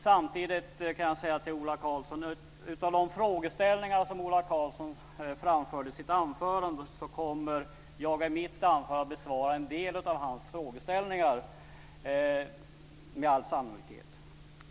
Samtidigt kan jag till Ola Karlsson säga att av de frågeställningar som han tog upp i sitt anförande så kommer jag med all sannolikhet med mitt anförande att besvara en del av hans frågor.